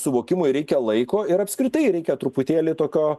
suvokimui reikia laiko ir apskritai reikia truputėlį tokio